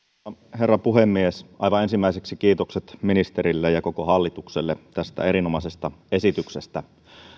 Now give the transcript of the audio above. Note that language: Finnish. herra puhemies aivan ensimmäiseksi kiitokset ministerille ja koko hallitukselle tästä erinomaisesta esityksestä